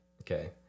okay